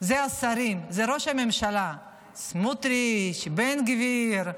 זה השרים, זה ראש הממשלה, סמוטריץ', בן גביר,